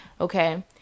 Okay